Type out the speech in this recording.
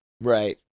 right